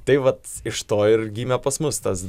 tai vat iš to ir gimė pas mus tas